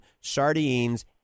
sardines